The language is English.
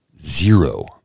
Zero